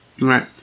Right